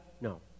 No